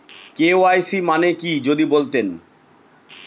KYC মানে কি যদি বলতেন?